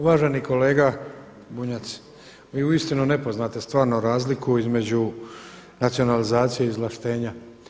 Uvaženi kolega Bunjac, vi uistinu ne poznate stvarno razliku između nacionalizacije i izvlaštenja.